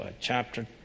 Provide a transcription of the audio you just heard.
chapter